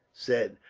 said.